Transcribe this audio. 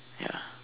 ya